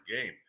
game